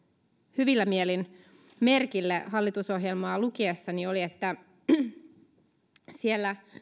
hyvillä mielin merkille hallitusohjelmaa lukiessani oli että siellä